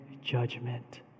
judgment